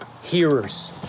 hearers